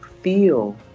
feel